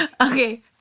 Okay